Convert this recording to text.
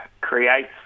creates